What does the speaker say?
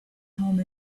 home